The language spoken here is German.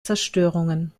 zerstörungen